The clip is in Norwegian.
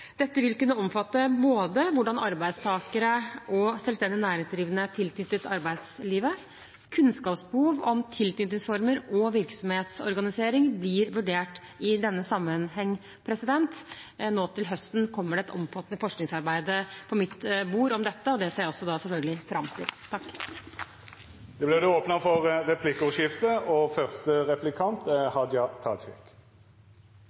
Dette vil kunne omfatte hvordan både arbeidstakere og selvstendig næringsdrivende er tilknyttet arbeidslivet. Kunnskapsbehov om tilknytningsformer og virksomhetsorganisering blir vurdert i denne sammenheng. Nå til høsten kommer et omfattende forskningsarbeid om dette på mitt bord, og det ser jeg selvfølgelig fram til. Det vert replikkordskifte. Eg ser forslaget frå fleirtalet – Høgre, Framstegspartiet, Venstre og